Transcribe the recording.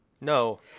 No